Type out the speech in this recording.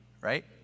Right